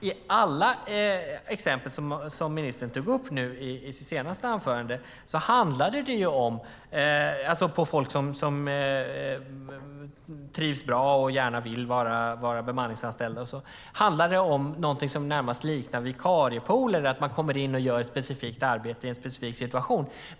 I alla exempel om folk som trivs bra och gärna vill vara bemanningsanställda som ministern tog upp i sitt senaste anförande handlade det om någonting som närmast liknar vikariepooler; man kommer in och gör ett specifikt arbete i en specifik situation.